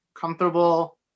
comfortable